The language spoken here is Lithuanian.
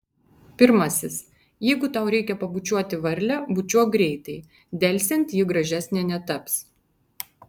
pirmasis jeigu tau reikia pabučiuoti varlę bučiuok greitai delsiant ji gražesnė netaps